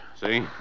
see